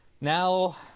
Now